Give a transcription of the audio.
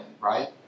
right